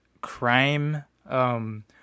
crime